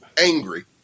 angry